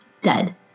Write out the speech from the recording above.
dead